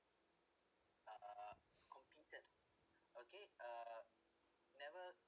uh competed okay uh never